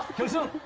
person.